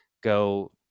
go